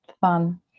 fun